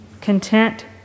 content